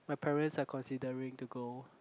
my parents are considering to go